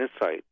insight